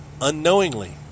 unknowingly